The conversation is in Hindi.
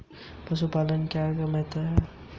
पशुपालन का क्या महत्व है?